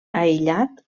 aïllat